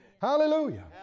Hallelujah